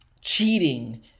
cheating